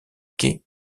quai